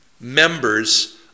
members